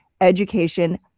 Education